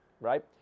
right